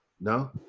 no